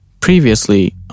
Previously